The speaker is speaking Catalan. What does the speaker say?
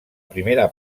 primera